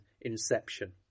Inception